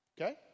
Okay